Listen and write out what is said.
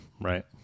right